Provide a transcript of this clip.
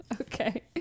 okay